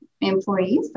employees